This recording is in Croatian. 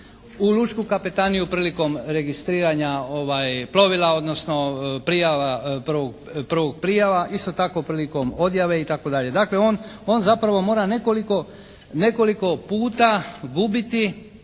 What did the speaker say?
u lučku kapetaniju prilikom registriranja plovila odnosno prvo prijava isto tako prilikom odjave itd. Dakle, on zapravo mora nekoliko puta gubiti